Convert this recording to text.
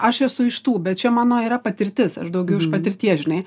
aš esu iš tų bet čia mano yra patirtis aš daugiau iš patirties žinai